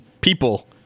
people